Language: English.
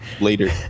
later